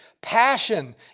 passion